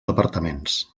departaments